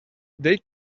they